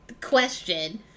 question